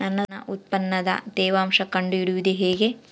ನನ್ನ ಉತ್ಪನ್ನದ ತೇವಾಂಶ ಕಂಡು ಹಿಡಿಯುವುದು ಹೇಗೆ?